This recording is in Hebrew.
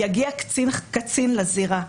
יגיע קצין לזירה.